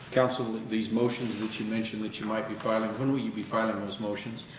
counsel, these motions that you mentioned that you might be filing, when will you be filing those motions?